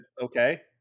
okay